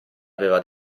aveva